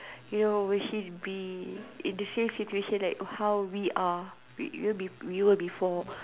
you know will she be in the same situation like how we are we were be we were before